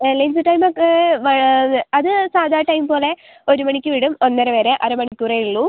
lunch time ഒക്കെ അത് സാധാ ടൈം പോലെ ഒരു മണിക്ക് വിടും ഒന്നര വരെ അര മണിക്കൂറെ ഉള്ളു